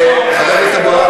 חבר הכנסת אבו עראר,